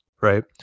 right